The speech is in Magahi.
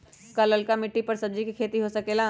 का लालका मिट्टी कर सब्जी के भी खेती हो सकेला?